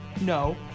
No